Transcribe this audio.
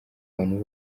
abantu